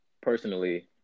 personally